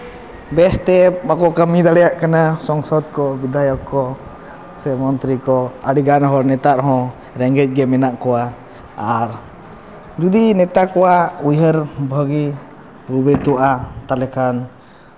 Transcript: ᱵᱮᱥ ᱛᱮ ᱵᱟᱠᱚ ᱠᱟᱹᱢᱤ ᱫᱟᱲᱮᱭᱟᱜ ᱠᱟᱱᱟ ᱥᱚᱝᱥᱚᱫᱽ ᱠᱚ ᱵᱤᱫᱷᱟᱭᱚᱠ ᱠᱚ ᱥᱮ ᱢᱚᱱᱛᱨᱤ ᱠᱚ ᱟᱹᱰᱤᱜᱟᱱ ᱦᱚᱲ ᱱᱮᱛᱟᱨ ᱦᱚᱸ ᱨᱮᱸᱜᱮᱡ ᱜᱮ ᱢᱮᱱᱟᱜ ᱠᱚᱣᱟ ᱟᱨ ᱡᱩᱫᱤ ᱱᱮᱛᱟ ᱠᱚᱣᱟᱜ ᱩᱭᱦᱟᱹᱨ ᱵᱷᱟᱹᱜᱤ ᱛᱟᱦᱚᱞᱮ ᱠᱷᱟᱱ